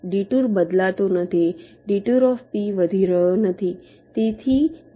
detour બદલાતો નથી d વધી રહ્યો નથી